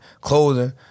clothing